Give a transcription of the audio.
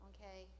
Okay